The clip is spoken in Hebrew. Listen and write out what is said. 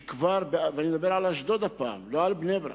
ואני מדבר על אשדוד הפעם, לא על בני-ברק,